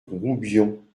roubion